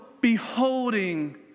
beholding